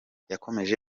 yakomeje